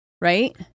right